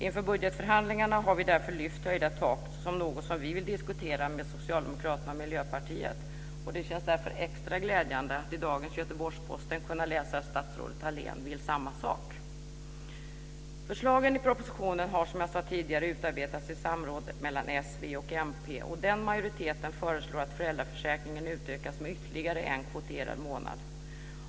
Inför budgetförhandlingarna har vi därför lyft fram höjda tak som något som vi vill diskutera med Socialdemokraterna och Miljöpartiet. Det känns därför extra glädjande att i dagens Göteborgs-Posten kunna läsa att statsrådet Thalén vill samma sak. Förslagen i propositionen har, som jag sade tidigare, utarbetats i samråd mellan s, v och mp, och den majoriteten föreslår att föräldraförsäkringen utökas med ytterligare en kvoterad månad.